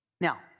Now